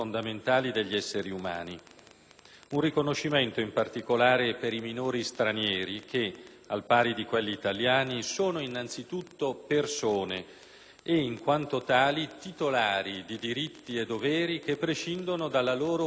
Un riconoscimento in particolare è per i minori stranieri che, al pari di quelli italiani, sono anzitutto persone e, in quanto tali, titolari di diritti e doveri che prescindono dalla loro origine nazionale.